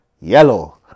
yellow